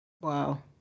Wow